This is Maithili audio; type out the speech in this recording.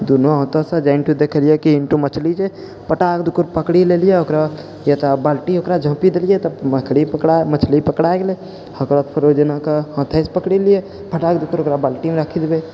दुनू हाथसँ जाहिठाम देखलिए कि एहिठाम मछली छै फटाक दऽ पकड़ि लेलिए ओकरा या तऽ बाल्टी ओकरा झाँपि देलिए तऽ मछली पकड़ा गेलै ओकरा फेरो जेनाकऽ हाथोसँ पकड़ि लेलिए फटाक दऽ ओकरा बाल्टीमे राखि देबै